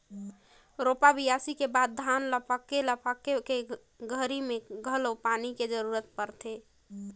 रोपा, बियासी के बाद में धान ल पाके ल पाके के घरी मे घलो पानी के जरूरत परथे